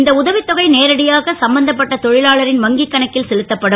இந்த உதவித் தொகை நேரடியாக சம்பந்தப்பட்ட தொ லாளரின் வங்கிக் கணக்கில் செலுத்தப்படும்